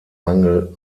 mangel